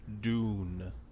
Dune